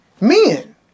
Men